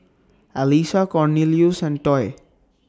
Alissa Cornelious and Toy